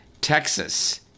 Texas